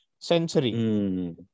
century